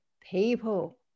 people